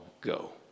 go